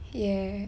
ya